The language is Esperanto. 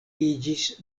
iĝis